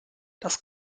das